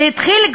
והתחיל,